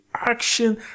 action